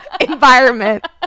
environment